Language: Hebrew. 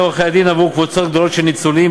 עורכי-הדין עבור קבוצות גדולות של ניצולים,